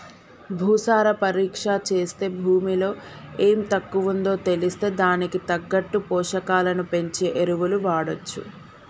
భూసార పరీక్ష చేస్తే భూమిలో ఎం తక్కువుందో తెలిస్తే దానికి తగ్గట్టు పోషకాలను పెంచే ఎరువులు వాడొచ్చు